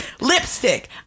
Lipstick